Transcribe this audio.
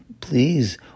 please